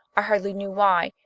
i hardly knew why,